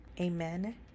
Amen